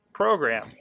Program